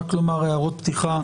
רק לומר הערות פתיחה